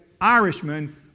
Irishman